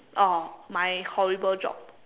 oh my horrible job